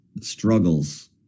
struggles